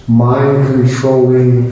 mind-controlling